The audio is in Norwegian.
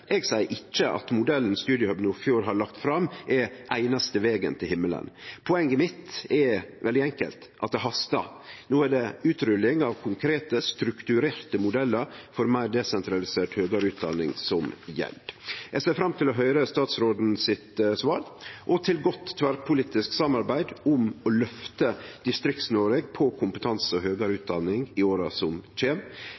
Eg seier ikkje at modellen Studiehub Nordfjord har lagt fram, er den einaste vegen til himmelen. Poenget mitt er veldig enkelt: Det hastar. No er det utrulling av konkrete, strukturerte modellar for meir desentralisert, høgare utdanning som gjeld. Eg ser fram til å høyre statsråden sitt svar, og til godt tverrpolitisk samarbeid om å løfte Distrikts-Noreg på kompetanse og høgare